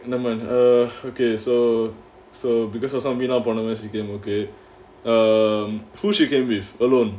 never mind err okay so so because of some Veena போனவன்:veena ponavan she came okay err who she came with alone